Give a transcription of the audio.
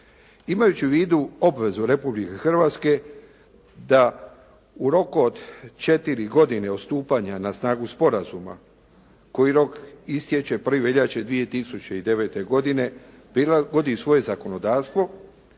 Imajući u vidu obvezu Republike Hrvatske da u roku od 4 godine od stupanja na snagu sporazuma koji rok istječe 1. veljače 2009. godine prilagodi svoje zakonodavstvo,